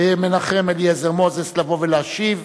מנחם אליעזר מוזס לבוא ולהשיב